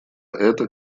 это